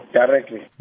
directly